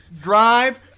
drive